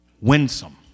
winsome